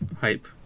Hype